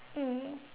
mm